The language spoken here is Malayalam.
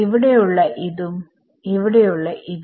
ഇവിടെ ഉള്ള ഉം ഇവിടെ ഉള്ള ഉം